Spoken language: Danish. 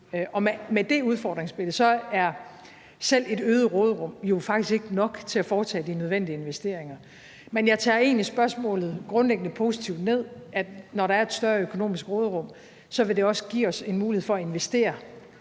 med det udfordringsbillede er selv et øget råderum jo faktisk ikke nok til at foretage de nødvendige investeringer. Men jeg tager egentlig grundlæggende spørgsmålet positivt ned; at når der er et større økonomisk råderum, vil det også give os en mulighed for at investere